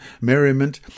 merriment